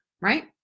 right